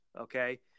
Okay